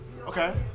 Okay